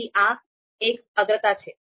તેથી આ એક અગ્રતા છે